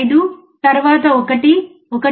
5 తరువాత 1 1